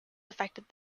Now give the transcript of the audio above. affected